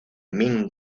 min